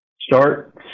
Start